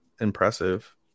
impressive